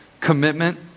commitment